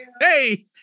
hey